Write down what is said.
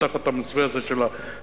תחת המסווה הזה של המהירות,